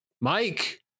Mike